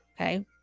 okay